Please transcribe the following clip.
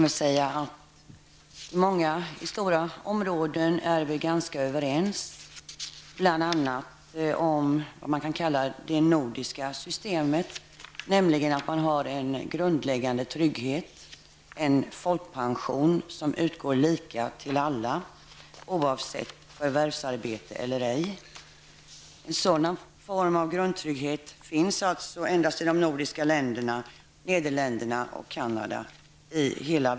I långa stycken är vi ganska överens, bl.a. om vad som kan kallas det nordiska systemet, nämligen att man har en grundläggande trygghet, en folkpension som utgår lika för alla, oavsett om man har haft förvärvsarbete eller ej. En sådan form av grundtrygghet finns alltså endast i de nordiska länderna, Nederländerna och Canada.